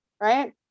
right